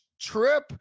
trip